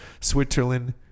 Switzerland